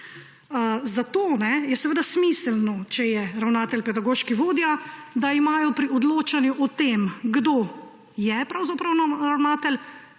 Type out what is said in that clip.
Zato je seveda smiselno, če je ravnatelj pedagoški vodja, da imajo pri odločanju o tem, kdo je pravzaprav ravnatelj,